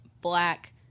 black